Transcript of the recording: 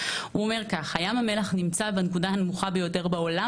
בה חוקק החוק: "ים המלח נמצא בנקודה הנמוכה ביותר בעולם